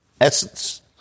essence